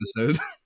episode